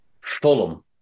Fulham